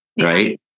right